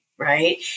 Right